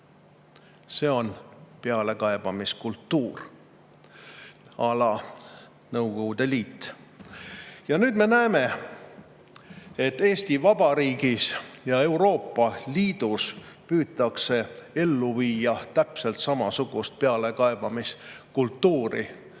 See on pealekaebamiskultuuràlaNõukogude Liit. Ja nüüd me näeme, et Eesti Vabariigis ja Euroopa Liidus püütakse ellu viia täpselt samasugust pealekaebamiskultuuri.